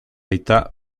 aita